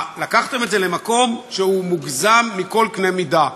לקחתם את זה למקום שהוא מוגזם בכל קנה-מידה.